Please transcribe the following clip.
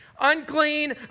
unclean